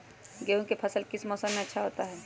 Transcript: गेंहू का फसल किस मौसम में अच्छा होता है?